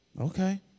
Okay